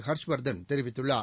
ஹர்ஷ் வர்தன் தெரிவித்துள்ளார்